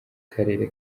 karere